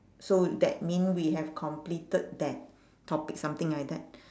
so that mean we have completed that topic something like that